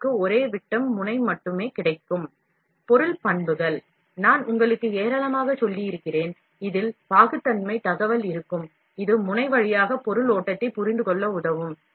பொருளின் பண்புகள் நான் உங்களுக்கு ஏராளமாகச் சொல்லியிருக்கிறேன் இதில் பாகுத்தன்மை தகவல் இருக்கும் இது முனை வழியாக பொருள் ஓட்டத்தைப் புரிந்துகொள்ள உதவும்